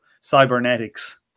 cybernetics